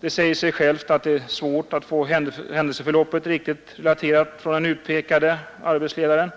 Det säger sig självt att det är svårt att få händelseförloppet riktigt relaterat från den utpekade arbetsledaren,